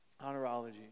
Honorology